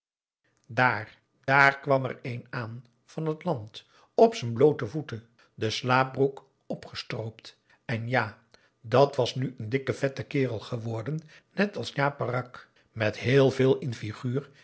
dààr dààr kwam er een aan van het land op z'n bloote voeten de slaapbroek opgestroopt en ja dat was nu een dikke vette kerel geworden net als njai peraq met heel veel in figuur